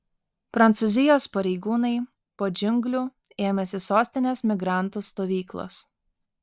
prancūzijos pareigūnai po džiunglių ėmėsi sostinės migrantų stovyklos